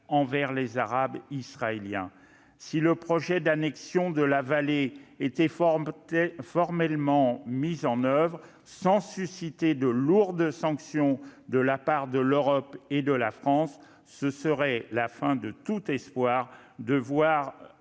envers les Arabes israéliens. Si le projet d'annexion de la vallée du Jourdain était formellement mis en oeuvre, sans susciter de lourdes sanctions de la part de l'Europe et de la France, ce serait la fin de tout espoir de voir